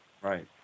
Right